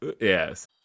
yes